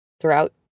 throughout